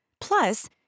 Plus